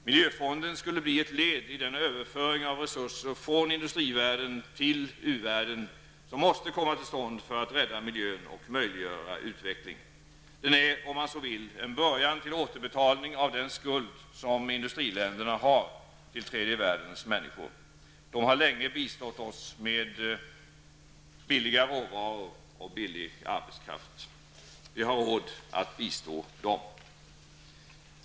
Miljöfonden skulle bli ett led i den överföring av resurser från industrivärlden till utvecklingsvärlden som måste komma till stånd för att rädda miljön och möjliggöra utveckling. Den är, om man så vill, början på återbetalningen av den skuld som industriländerna har till tredje världens människor. Dessa har länge bistått oss med billiga råvaror och billig arbetskraft. Vi har råd att bistå dem.